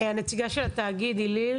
נציגת התאגיד, אילאיל